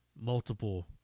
multiple